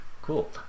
cool